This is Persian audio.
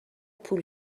پول